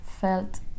felt